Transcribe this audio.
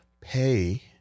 pay